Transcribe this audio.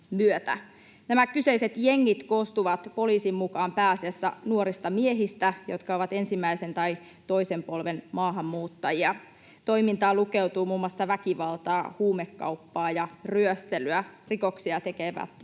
Nämä kyseiset jengit koostuvat poliisin mukaan pääasiassa nuorista miehistä, jotka ovat ensimmäisen tai toisen polven maahanmuuttajia. Toimintaan lukeutuu muun muassa väkivaltaa, huumekauppaa ja ryöstelyä. Rikoksia tekee toki vain